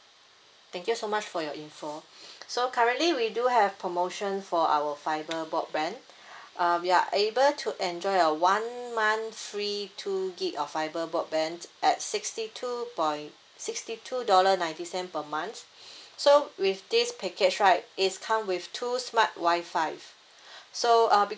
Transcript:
thank you so much for your info so currently we do have promotion for our fibre broadband uh you are able to enjoy a one month free two gig of fibre broadband at sixty two point sixty two dollar ninety cent per month so with this package right is come with two smart wi-fi so uh because